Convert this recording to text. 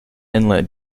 inlet